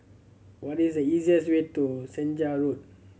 what is the easiest way to Senja Road